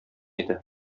иде